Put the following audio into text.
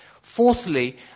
Fourthly